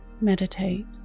meditate